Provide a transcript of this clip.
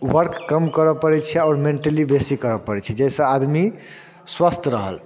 work कम करऽ पड़ै छै आओर मेन्टली बेसी करऽ पड़ै छै जैसँ आदमी स्वस्थ रहल